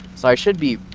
so i should be,